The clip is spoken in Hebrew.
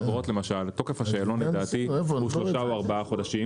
שתוקף השאלות- -- הוא שלושה או ארבעה חודשים,